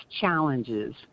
challenges